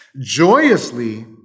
joyously